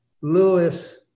Lewis